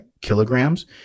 kilograms